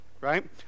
right